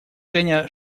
женя